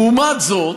לעומת זאת,